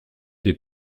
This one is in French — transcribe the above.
des